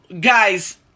guys